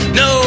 no